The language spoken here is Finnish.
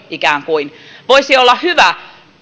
ikään kuin lastensuojelun tavoin voisi olla hyvä